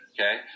Okay